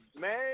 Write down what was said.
man